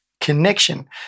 connection